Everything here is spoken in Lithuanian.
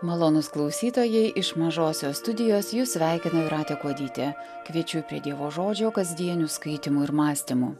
malonūs klausytojai iš mažosios studijos jus sveikina jūratė kuodytė kviečiu prie dievo žodžio kasdienių skaitymų ir mąstymų